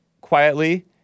quietly